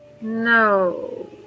No